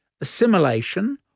assimilation